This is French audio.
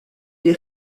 des